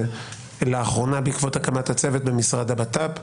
לאחרונה בעקבות הקמת הצוות במשרד הבט"פ.